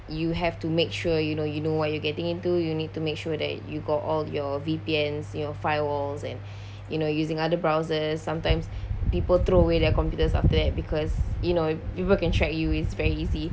you have to make sure you know you know what you are getting into you need to make sure that you got all your V_P_Ns you know firewalls and you know using other browsers sometimes people throw away their confidence up there because you know people can track you is very easy